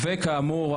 וכאמור,